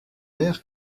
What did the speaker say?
air